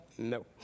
No